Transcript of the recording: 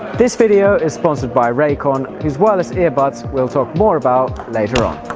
this video is sponsored by raycon whose wireless earbuds we'll talk more about later on